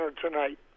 tonight